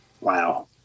Wow